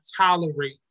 tolerate